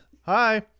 Hi